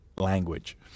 Language